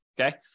Okay